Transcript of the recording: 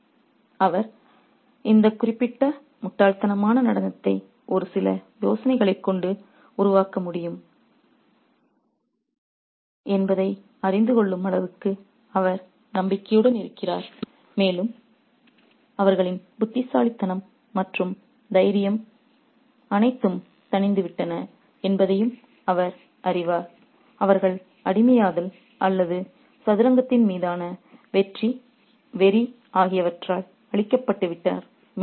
மேலும் அவர் இந்த குறிப்பிட்ட முட்டாள்தனமான நடனத்தை ஒரு சில யோசனைகளைக் கொண்டு உருவாக்க முடியும் என்பதை அறிந்து கொள்ளும் அளவுக்கு அவர் நம்பிக்கையுடன் இருக்கிறார் மேலும் அவர்களின் புத்திசாலித்தனம் மற்றும் தைரியம் அனைத்தும் தணிந்துவிட்டன என்பதையும் அவர் அறிவார் அவர்கள் அடிமையாதல் அல்லது சதுரங்கத்தின் மீதான வெறி ஆகியவற்றால் அழிக்கப்பட்டுவிட்டார்